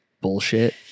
bullshit